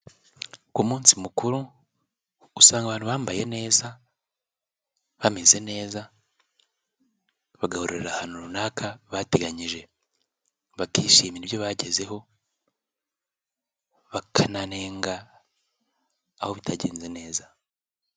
Ku munsi mukuru usanga abantu bambaye neza, bameze neza bagahurira ahantu runaka bateganyije, bakishimira ibyo bagezeho, bakananenga aho bitagenze neza.